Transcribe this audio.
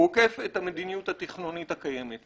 הוא עוקף את המדיניות התכנונית הקיימת,